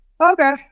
okay